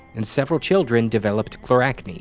and several children developed chloracne,